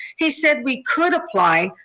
he said we could apply,